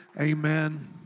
Amen